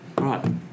Right